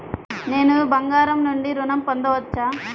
నేను బంగారం నుండి ఋణం పొందవచ్చా?